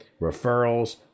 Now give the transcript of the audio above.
referrals